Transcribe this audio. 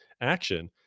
action